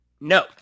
No